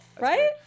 Right